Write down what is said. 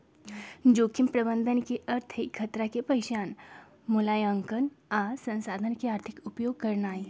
जोखिम प्रबंधन के अर्थ हई खतरा के पहिचान, मुलायंकन आ संसाधन के आर्थिक उपयोग करनाइ